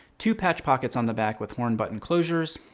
two patch pockets on the back with horn button closures.